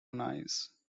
nice